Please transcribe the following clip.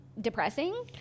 depressing